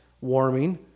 warming